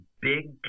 big